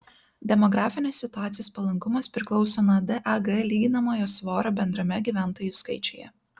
demografinės situacijos palankumas priklauso nuo dag lyginamojo svorio bendrame gyventojų skaičiuje